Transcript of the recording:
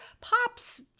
pop's